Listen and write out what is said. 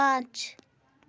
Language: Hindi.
पाँच